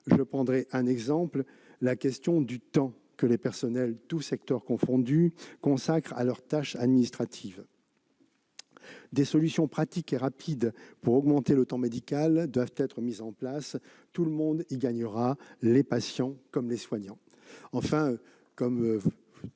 Je prendrai un exemple : la question du temps que les personnels, tous secteurs confondus, consacrent à leurs tâches administratives. Des solutions pratiques et rapides pour augmenter le temps médical doivent être mises en place ; tout le monde y gagnera, patients comme soignants. Monsieur le